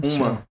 Uma